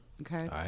Okay